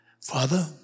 Father